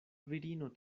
virino